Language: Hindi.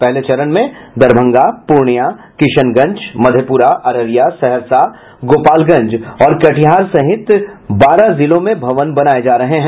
पहले चरण में दरभंगा पूर्णिया किशनगंज मधेपुरा अररिया सहरसा गोपालगंज और कटिहार सहित बारह जिलों में भवन बनाये जो रहे हैं